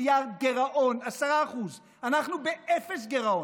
מיליארד גירעון, 10%. אנחנו באפס גירעון,